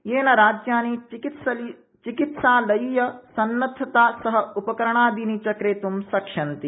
यया राज्यानि चिकित्सालयीय सन्नद्धतया सह उपकरणादिनी च क्रेत्म् शक्ष्यन्ति